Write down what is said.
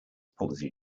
policy